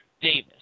Davis